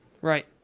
Right